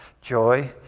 joy